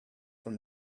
from